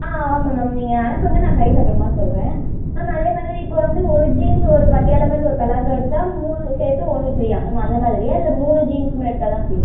ஆ ஆமாம் மேம் நீங்கள் அனுப்புங்கள் நான் சைஸ் அப்புறமா சொல்கிறேன் மேம் அதேமாதிரி இப்போ வந்து ஒரு ஜீன்ஸ் ஒரு பட்டியாலா பேண்ட் ஒரு பலாசா எடுத்தால் மூணும் சேர்த்து ஒன்று ஃப்ரீயா மேம் அந்த மாதிரியாக இல்லை மூணும் ஜீன்ஸுமே எடுத்தால்தான் ஃப்ரீயா